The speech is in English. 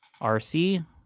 RC